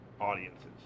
audiences